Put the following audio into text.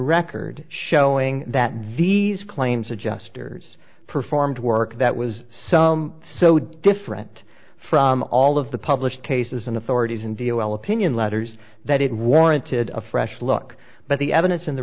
record showing that these claims adjusters performed work that was so so different from all of the published cases and authorities and deal well opinion letters that it warranted a fresh look but the evidence in the